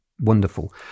wonderful